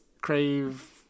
Crave